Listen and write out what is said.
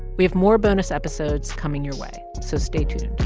we have more bonus episodes coming your way, so stay tuned